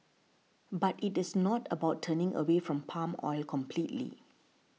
but it is not about turning away from palm oil completely